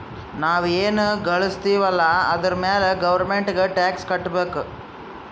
ನಾವ್ ಎನ್ ಘಳುಸ್ತಿವ್ ಅಲ್ಲ ಅದುರ್ ಮ್ಯಾಲ ಗೌರ್ಮೆಂಟ್ಗ ಟ್ಯಾಕ್ಸ್ ಕಟ್ಟಬೇಕ್